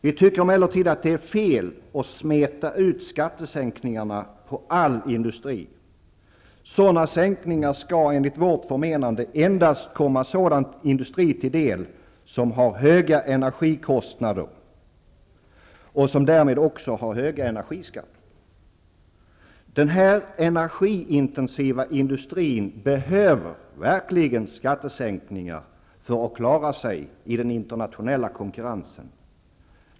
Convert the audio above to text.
Vi tycker emellertid att det är fel att smeta ut skattesänkningarna på all industri. Sådana sänkningar skall enligt vårt förmenande endast komma sådan industri till del som har höga energikostnader och därmed också höga energiskatter. Denna energiintensiva industri behöver verkligen skattesänkningar för att klara sig i den internationella konkurrensen.